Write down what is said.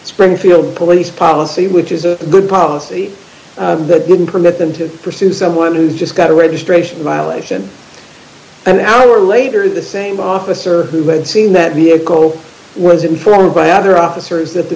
springfield police policy which is a good policy wouldn't permit them to pursue someone who's just got a registration violation and an hour later the same officer who had seen that vehicle was informed by other officers that the